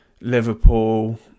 Liverpool